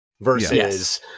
versus-